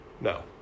No